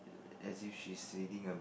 as you see she's reading a